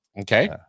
Okay